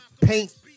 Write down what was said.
paint